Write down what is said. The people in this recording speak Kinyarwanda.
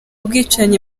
bwicanyi